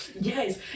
yes